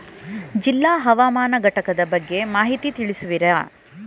ಜಿಲ್ಲಾ ಹವಾಮಾನ ಘಟಕದ ಬಗ್ಗೆ ಮಾಹಿತಿ ತಿಳಿಸುವಿರಾ?